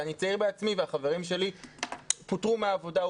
אני צעיר בעצמי וחברים שלי פוטרו מהעבודה,